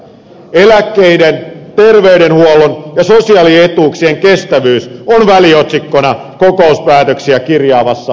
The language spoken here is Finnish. eläkkeiden terveydenhuollon ja sosiaalietuuksien kestävyys on väliotsikkona kokouspäätöksiä kirjaavassa asiakirjassa